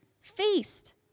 feast